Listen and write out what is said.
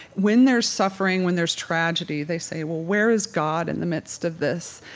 when there's suffering, when there's tragedy, they say, well, where is god in the midst of this?